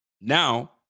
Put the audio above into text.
Now